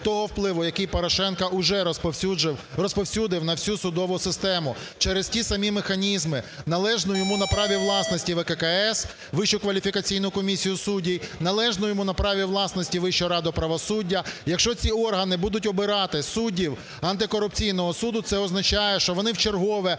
того впливу, який Порошенко уже розповсюдив на всю судову систему через ті самі механізми належну йому на праві власності ВККС (Вищу кваліфікаційну комісію суддів), належну йому на праві власності Вищу раду правосуддя. Якщо ці органи будуть обирати суддів антикорупційного суду, це означає, що вони вчергове